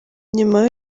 nyuma